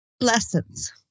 lessons